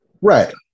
Right